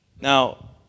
Now